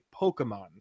Pokemon